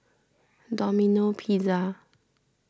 Domino Pizza